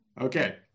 Okay